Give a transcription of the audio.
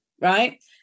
right